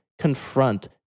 confront